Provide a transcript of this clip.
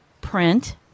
print